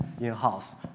in-house